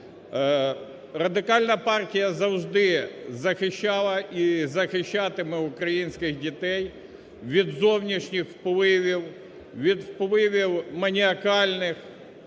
Радикальна партія завжди захищала і захищатиме українських дітей від зовнішніх впливів, від впливів маніакальних.